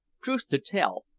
truth to tell,